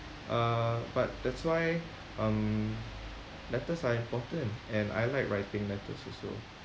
uh but that's why um letters are important and I like writing letters also